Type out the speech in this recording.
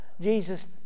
Jesus